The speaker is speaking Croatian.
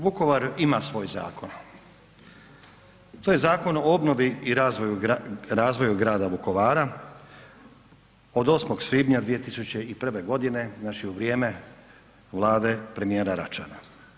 Vukovar ima svoj zakon, to je Zakon o obnovi i razvoju grada Vukovara od 8. svibnja 2001. godine znači u vrijeme vlade premijera Račana.